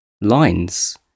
lines